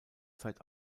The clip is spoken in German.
zeit